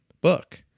book